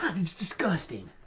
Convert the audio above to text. that's disgusting.